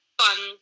fun